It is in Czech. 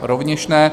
Rovněž ne.